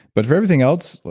but for everything else,